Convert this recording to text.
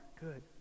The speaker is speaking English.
good